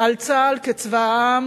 על צה"ל כצבא העם,